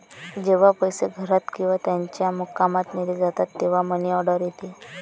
जेव्हा पैसे घरात किंवा त्याच्या मुक्कामात नेले जातात तेव्हा मनी ऑर्डर येते